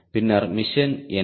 பின்னர் மிஷன் என்ன